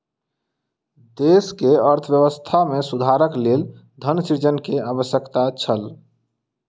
देश के अर्थव्यवस्था में सुधारक लेल धन सृजन के आवश्यकता छल